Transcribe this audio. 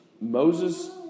Moses